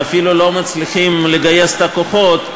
ואפילו לא מצליחים לגייס את הכוחות,